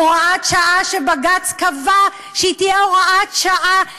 הוראת שעה שבג"ץ קבע שהיא תהיה הוראת שעה לשנה,